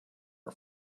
our